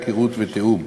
היכרות ותיאום.